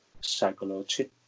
psychology